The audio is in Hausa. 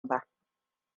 ba